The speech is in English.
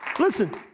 Listen